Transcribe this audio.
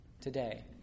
today